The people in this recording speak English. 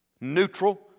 neutral